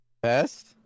Best